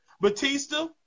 Batista